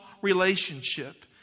relationship